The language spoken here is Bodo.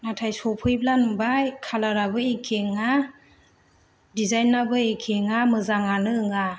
नाथाय सफैब्ला नुबाय कालाराबो एखे नङा दिजाइनाबो एखेआनो नोङा मोजाङानो नङा